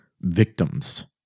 victims